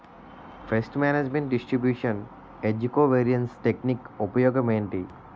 paste management distribution ఏజ్జి covariance technique ఉపయోగం ఏంటి